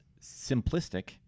simplistic